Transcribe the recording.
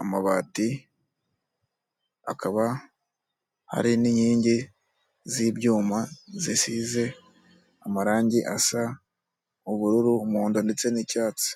amabati, hakaba hari n'inkingi z'ibyuma, zisize amarangi, asa ubururu, umuhondo ndetse n'icyatsi.